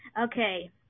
Okay